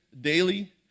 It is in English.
daily